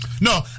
No